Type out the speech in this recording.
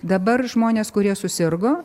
dabar žmonės kurie susirgo